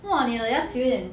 !wah! 你的牙齿有一点